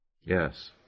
Yes